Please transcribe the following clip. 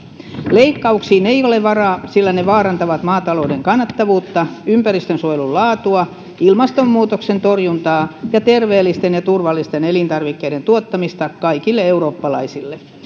leikkauksiin ei ole varaa sillä ne vaarantavat maatalouden kannattavuutta ympäristönsuojelun laatua ilmastonmuutoksen torjuntaa ja terveellisten ja turvallisten elintarvikkeiden tuottamista kaikille eurooppalaisille